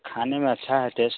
खाने में अच्छा है टेस्ट